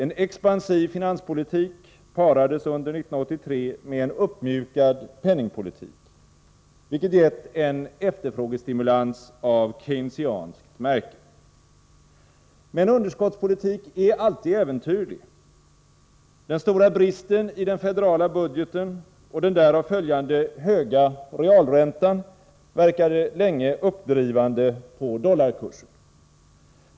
En expansiv finanspolitik parades under 1983 med en uppmjukad penningpolitik, vilket gett en efterfrågestimulans av keynesianskt märke. Men under skottspolitik är alltid äventyrlig. Den stora bristen i den federala budgeten och den därav följande höga realräntan verkade länge uppdrivande på dollarkursen.